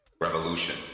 Revolution